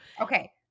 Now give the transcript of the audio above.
okay